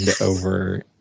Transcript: over